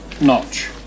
notch